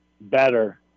better